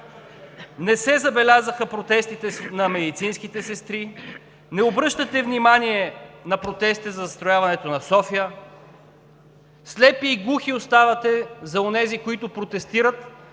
не се забелязаха протестите на медицинските сестри, не обръщате внимание на протеста за застрояването на София, слепи и глухи оставате за онези, които протестират,